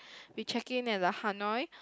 we check in at the Hanoi